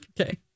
Okay